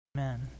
Amen